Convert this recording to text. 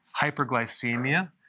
Hyperglycemia